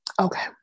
okay